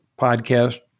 podcast